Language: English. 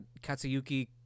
Katsuyuki